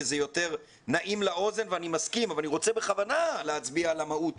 זה יותר נעים לאוזן ואני מסכים אבל אני בכוונה רוצה להצביע על המהות.